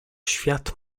świat